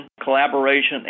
collaboration